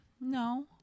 no